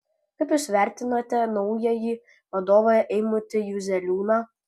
kaip jūs vertinate naująjį vadovą eimutį juzeliūną